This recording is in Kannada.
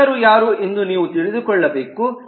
ಶಿಕ್ಷಕರು ಯಾರು ಎಂದು ನೀವು ತಿಳಿದುಕೊಳ್ಳಬೇಕು